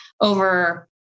over